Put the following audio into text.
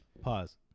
Pause